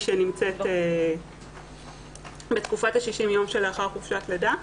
שנמצאת בתקופת 60 יום שלאחר חופשת לידה,